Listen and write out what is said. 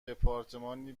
دپارتمانی